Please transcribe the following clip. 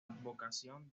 advocación